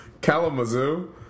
Kalamazoo